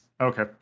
okay